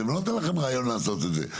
אני לא נותן לכם רעיון לעשות את זה.